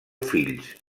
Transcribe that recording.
fills